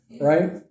right